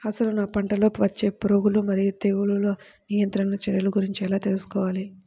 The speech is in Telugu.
అసలు నా పంటలో వచ్చే పురుగులు మరియు తెగులుల నియంత్రణ చర్యల గురించి ఎలా తెలుసుకోవాలి?